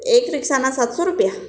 એક રિક્ષાના સાતસો રૂપિયા